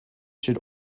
should